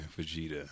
Vegeta